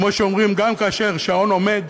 כמו שאומרים, גם כאשר שעון עומד,